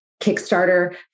Kickstarter